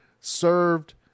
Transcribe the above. served